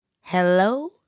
Hello